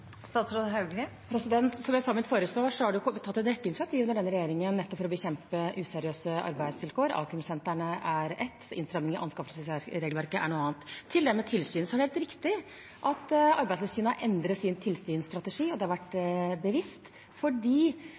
Som jeg sa i mitt forrige svar, er det tatt en rekke initiativ under denne regjeringen, nettopp for å bekjempe useriøse arbeidsvilkår. A-krimsentrene er ett, innstramminger i anskaffelsesregelverket er et annet. Til dette med tilsyn: Det er helt riktig at Arbeidstilsynet har endret sin tilsynsstrategi. Det har vært bevisst,